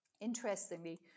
Interestingly